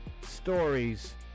stories